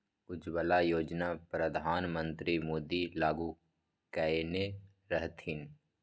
उज्जवला योजना परधान मन्त्री मोदी लागू कएने रहथिन